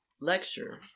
lecture